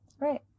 right